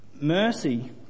Mercy